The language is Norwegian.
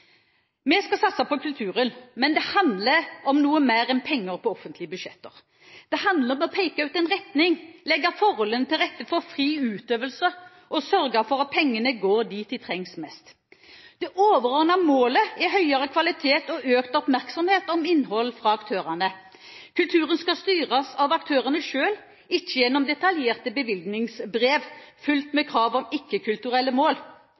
Vi skal satse på kulturen, men det handler om noe mer enn penger på offentlige budsjetter. Det handler om å peke ut en retning, legge forholdene til rette for fri utøvelse, og sørge for at pengene går dit de trengs mest. Det overordnede målet er høyere kvalitet og økt oppmerksomhet om innhold fra aktørene. Kulturen skal styres av aktørene selv, ikke gjennom detaljerte bevilgningsbrev fylt med krav om ikke-kulturelle mål.